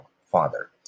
father